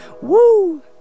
Woo